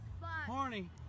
Horny